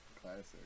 Classic